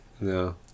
no